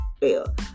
fail